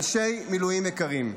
אנשי מילואים יקרים,